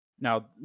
Now